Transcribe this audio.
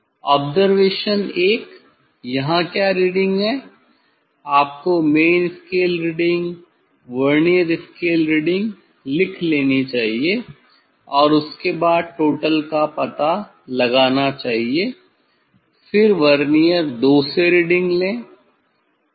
observation 1 यहाँ क्या reading है आपको main scale reading vernier scale reading लिख लेनी चाहिए और उसके बाद टोटल का पता लगाना चाहिए फिर वर्नियर 2 से रीडिंग लें ऑब्जरवेशन 1